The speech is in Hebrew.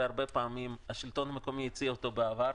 הרבה פעמים שהשלטון המקומי הציע אותו בעבר.